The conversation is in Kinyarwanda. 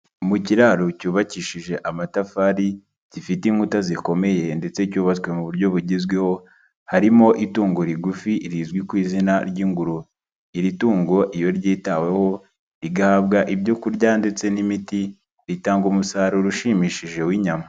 Mu kiraro cyubakishije amatafari, gifite inkuta zikomeye ndetse cyubatswe mu buryo bugezweho harimo itungo rigufi rizwi ku izina ry'ingurube, iri tungo iyo ryitaweho rigahabwa ibyokurya ndetse n'imiti bitanga umusaruro ushimishije w'inyama.